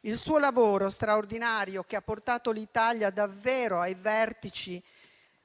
Il suo lavoro, straordinario, che ha portato l'Italia davvero ai vertici,